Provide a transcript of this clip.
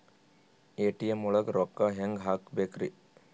ATM ಒಳಗ್ ರೊಕ್ಕ ಹೆಂಗ್ ಹ್ಹಾಕ್ಬೇಕ್ರಿ?